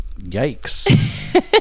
Yikes